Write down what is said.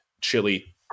chili